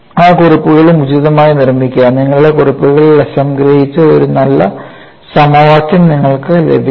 ആ കുറിപ്പുകളും ഉചിതമായി നിർമ്മിക്കുക നിങ്ങളുടെ കുറിപ്പുകളിൽ സംഗ്രഹിച്ച ഒരു നല്ല സമവാക്യം നിങ്ങൾക്ക് ലഭിക്കും